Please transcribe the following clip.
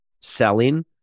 selling